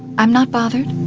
i'm not bothered.